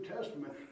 testament